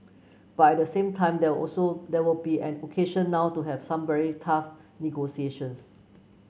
but at the same time there also there will be an occasion now to have some very tough negotiations